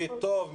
מי טוב,